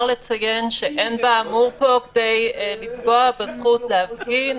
לציין שאין באמור פה כדי לפגוע בזכות להפגין,